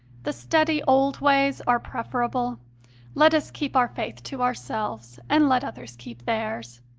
the steady old ways are preferable let us keep our faith to ourselves, and let others keep theirs.